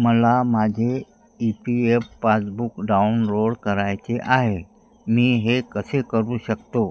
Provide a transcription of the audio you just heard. मला माझे E P F passbook download करायचे आहे मी हे कसे करू शकतो